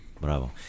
Bravo